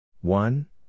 One